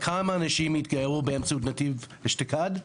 וכמה אנשים התגיירו באמצעות "נתיב" אשתקד?